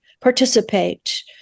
participate